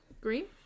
Green